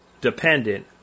dependent